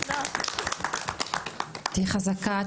תהיי חזקה.